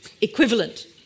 equivalent